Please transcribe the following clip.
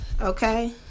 Okay